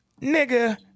Nigga